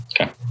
Okay